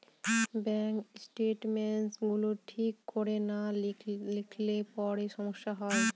bank statements গুলো ঠিক করে না লিখলে পরে সমস্যা হয়